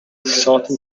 sorting